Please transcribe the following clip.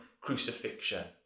crucifixion